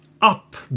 up